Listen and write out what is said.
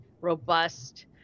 robust